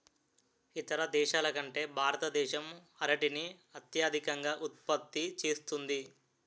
ఇతర దేశాల కంటే భారతదేశం అరటిని అత్యధికంగా ఉత్పత్తి చేస్తుంది